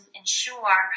ensure